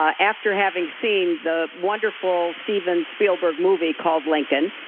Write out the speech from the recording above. ah after having seen the wonderful steven spielberg movie called lincoln.